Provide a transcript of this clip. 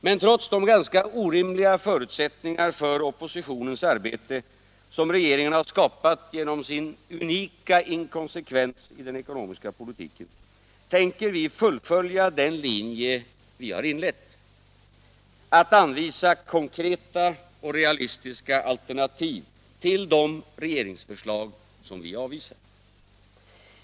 Men trots de ganska orimliga förutsättningar för oppositionens arbete, som regeringen har skapat genom en unik inkonsekvens i den ekonomiska politiken, tänker vi fullfölja den linje som vi har inlett — att anvisa konkreta och realistiska alternativ till de regeringsförslag som vi avvisar.